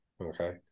Okay